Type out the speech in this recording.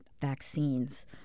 vaccines